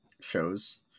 shows